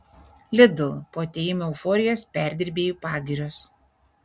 lidl po atėjimo euforijos perdirbėjų pagirios